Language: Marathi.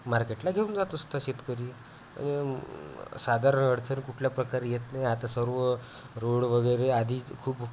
मार्केटला घेऊन जात असतं शेतकरी आणि साधारण अडचण कुठल्या प्रकारे येत नाही आता सर्व रोड वगैरे आधीच खूप